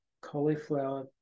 cauliflower